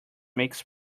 makes